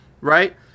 right